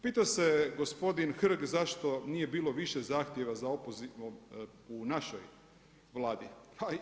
Pita se gospodin Hrg zašto nije bilo više zahtjeva za opoziv u našoj Vladi.